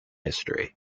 history